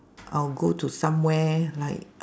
I'll go to somewhere like